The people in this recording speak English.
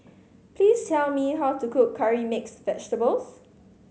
please tell me how to cook curry mixed vegetables